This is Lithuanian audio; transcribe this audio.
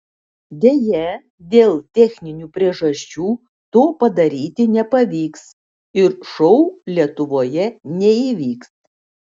deja dėl techninių priežasčių to padaryti nepavyks ir šou lietuvoje neįvyks